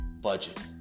budget